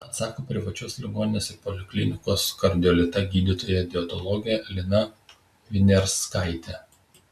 atsako privačios ligoninės ir poliklinikos kardiolita gydytoja dietologė lina viniarskaitė